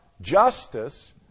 justice